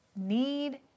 need